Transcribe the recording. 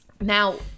Now